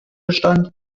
bestand